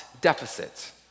deficit